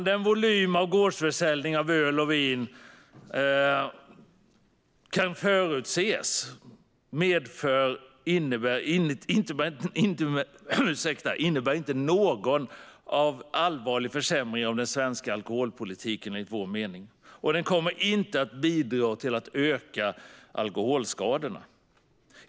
Den volym av gårdsförsäljning av öl och vin som kan förutses innebär inte enligt vår mening någon allvarlig försämring av den svenska alkoholpolitiken. Den kommer inte att bidra till att öka alkoholskadorna.